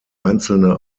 einzelne